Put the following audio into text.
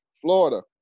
Florida